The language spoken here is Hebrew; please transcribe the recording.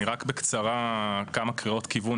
רק בקצרה כמה קריאות כיוון,